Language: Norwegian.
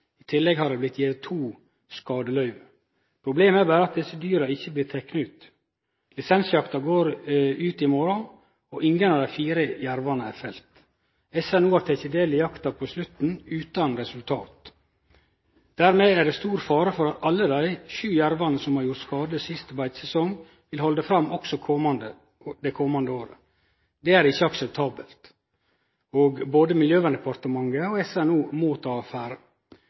I tillegg har det blitt gjeve to skadeløyve. Problemet er berre at desse dyra ikkje blir tekne ut. Lisensjakta går ut i morgon, og ingen av dei fire jervane er felte. SNO har teke del i jakta på slutten, utan resultat. Dermed er det stor fare for at alle dei sju jervane som har gjort skade sist beitesesong, vil halde fram også det komande året. Det er ikkje akseptabelt. Både Miljøverndepartementet og